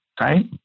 right